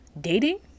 dating